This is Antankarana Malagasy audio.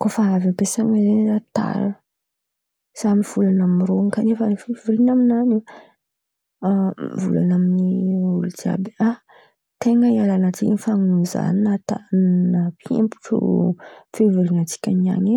Koa fa avy ampiasan̈a zen̈y, zah tara. Zah mivolan̈a amirô kanefa fivorian̈a amin̈any io. Mivolan̈a amin'olo jiàby ah! Ten̈a miala tsin̈y fa noho zah nahatara fivorian̈a tsika niany.